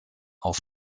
auf